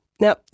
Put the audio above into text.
Now